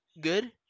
good